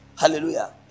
Hallelujah